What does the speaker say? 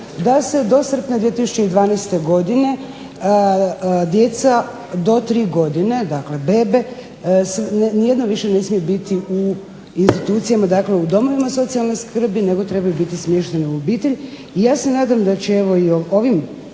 da se do srpnja 2012. godine djeca do tri godine, dakle bebe ni jedno više ne smije biti u institucijama. Dakle, u domovima socijalne skrbi nego trebaju biti smješteni u obitelji. I ja se nadam da će evo